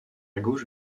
gauche